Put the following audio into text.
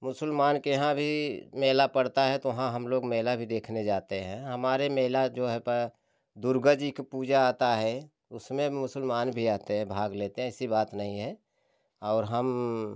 मुसलमान के यहाँ भी मेला पड़ता है तो हाँ हम लोग मेला भी देखने जाते हैं हमारे मिला जो है दुर्गा जी की पूजा आता है उसमें मुसलमान भी आते हैं भाग लेते हैं ऐसी बात नहीं है और हम